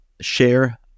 share